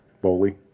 Bowley